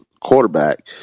quarterback